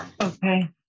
Okay